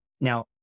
Now